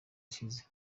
ashize